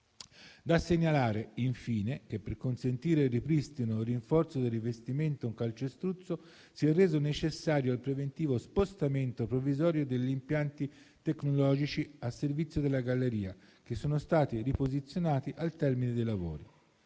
Da segnalare, infine, che per consentire il ripristino e il rinforzo del rivestimento in calcestruzzo, si è reso necessario il preventivo spostamento provvisorio degli impianti tecnologici a servizio della galleria, che sono stati riposizionati al termine dei lavori.